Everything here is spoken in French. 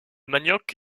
manioc